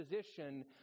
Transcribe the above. position